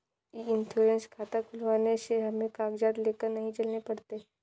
ई insurance खाता खुलवाने से हमें कागजात लेकर नहीं चलने पड़ते